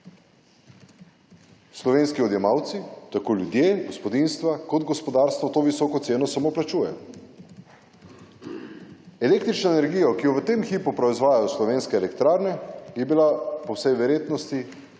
Slovenski odjemalci tako ljudje, gospodinjstva kot gospodarstvo to visoko ceno samo plačujejo. Električna energija, ki jo v tem hipu proizvajajo slovenske elektrarne, je bila po vsej verjetnosti